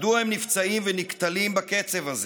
מדוע הם נפצעים ונקטלים בקצב הזה?